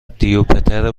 دیوپتر